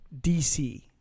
DC